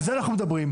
על זה אנחנו מדברים.